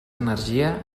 energia